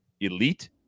Elite